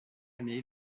année